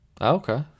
Okay